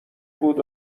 بود